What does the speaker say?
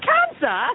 Cancer